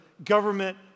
government